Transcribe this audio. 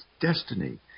destiny